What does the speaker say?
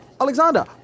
Alexander